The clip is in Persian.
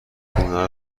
خونه